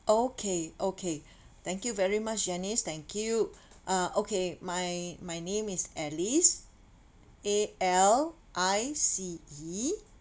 okay okay thank you very much janice thank you uh okay my my name is alice A L I C E